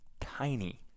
tiny